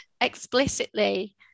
explicitly